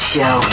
Show